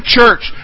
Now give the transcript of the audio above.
church